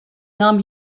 nahm